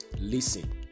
Listen